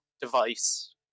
device